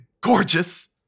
gorgeous